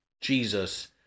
Jesus